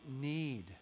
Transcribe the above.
need